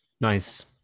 nice